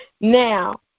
Now